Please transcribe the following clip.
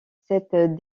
cette